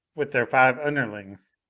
with their five underlings,